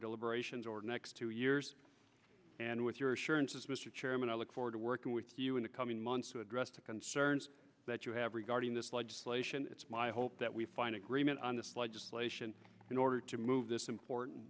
deliberations or next two years and with your assurances mr chairman i look forward to working with you in the coming months to address the concerns that you have regarding this legislation it's my hope that we find agreement on this legislation in order to move this important